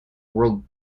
world